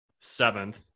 Seventh